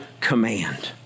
command